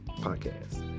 podcast